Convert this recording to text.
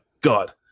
God